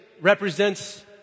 represents